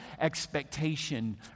expectation